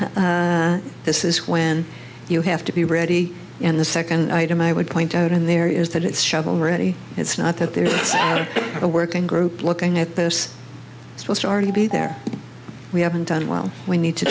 month this is when you have to be ready and the second item i would point out in there is that it's shovel ready it's not that there's a working group looking at this supposed to already be there we haven't done well we need to